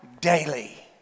daily